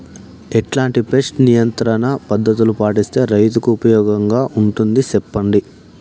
ఎట్లాంటి పెస్ట్ నియంత్రణ పద్ధతులు పాటిస్తే, రైతుకు ఉపయోగంగా ఉంటుంది సెప్పండి?